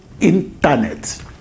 internet